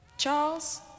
Charles